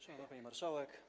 Szanowna Pani Marszałek!